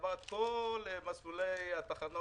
עבר את כל מסלולי התחנות,